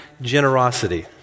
generosity